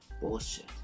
Bullshit